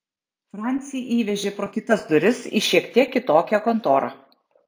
francį įvežė pro kitas duris į šiek tiek kitokią kontorą